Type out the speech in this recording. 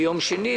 ביום שני,